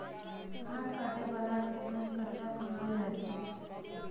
घास काटै बला कें घसकट्टा कहल जाइ छै